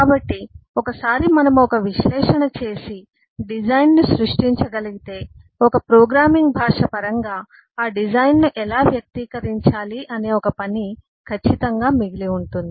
కాబట్టి ఒకసారి మనము ఒక విశ్లేషణ చేసి డిజైన్ను సృష్టించగలిగితే ఒక ప్రోగ్రామింగ్ భాష పరంగా ఆ డిజైన్ను ఎలా వ్యక్తీకరించాలి అనే ఒక పని ఖచ్చితంగా మిగిలి ఉంటుంది